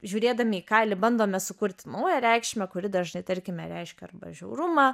žiūrėdami į kailį bandome sukurti naują reikšmę kuri dažnai tarkime reiškia arba žiaurumą